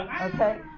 okay